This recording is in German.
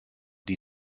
die